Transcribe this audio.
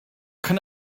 can